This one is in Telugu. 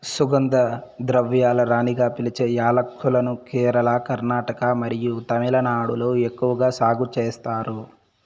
సుగంధ ద్రవ్యాల రాణిగా పిలిచే యాలక్కులను కేరళ, కర్ణాటక మరియు తమిళనాడులో ఎక్కువగా సాగు చేస్తారు